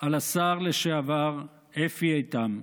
על השר לשעבר אפי איתם,